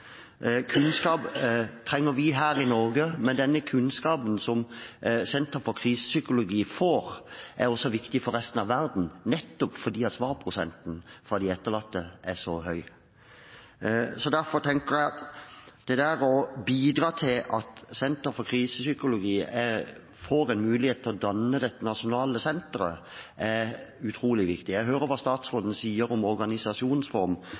Kunnskap trenger vi her i Norge, men den kunnskapen som Senter for Krisepsykologi får, er også viktig for resten av verden, nettopp fordi svarprosenten fra de etterlatte er så høy. Derfor tenker jeg at å bidra til at Senter for Krisepsykologi får en mulighet til å danne dette nasjonale senteret, er utrolig viktig. Jeg hører hva statsråden sier om organisasjonsform,